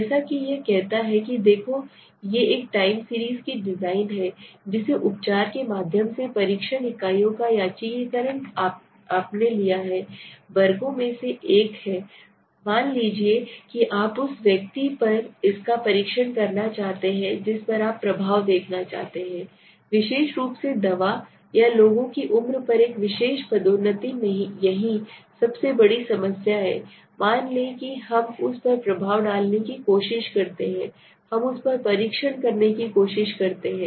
जैसा कि यह कहता है कि देखो ये ये एक टाइम सीरीज़ की डिज़ाइन है जिसे उपचार के माध्यम से परीक्षण इकाइयों का यादृच्छिककरण आपने लिया है वर्गों में से एक है मान लीजिए कि आप उस व्यक्ति पर इसका परीक्षण करना चाहते हैं जिस पर आप प्रभाव देखना चाहते हैं विशेष रूप से दवा या लोगों की उम्र पर एक विशेष पदोन्नति यहीं सबसे बड़ी समस्या है मान लें कि हम उस पर प्रभाव डालने की कोशिश करते हैं हम उस पर परीक्षण करने की कोशिश करते हैं